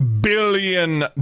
billion